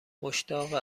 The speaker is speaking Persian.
مشتاق